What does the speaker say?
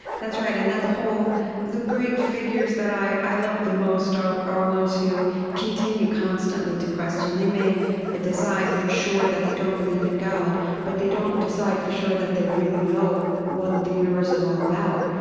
that's right. and that the whole the great figures that i i loved the most are are ones who continue constantly to question. they may decide for sure that they don't believe in god, but they don't decide for sure that they really know what the universe is all about.